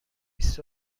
بیست